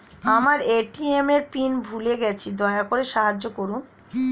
আমার এ.টি.এম এর পিন ভুলে গেছি, দয়া করে সাহায্য করুন